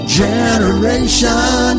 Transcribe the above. generation